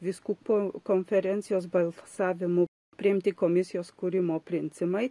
vyskupo konferencijos balsavimu priimti komisijos kūrimo princimai